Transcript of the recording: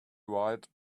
ride